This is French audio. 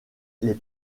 les